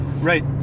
right